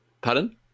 Pardon